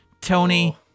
Tony